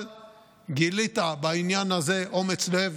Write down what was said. אבל גילית בעניין הזה אומץ לב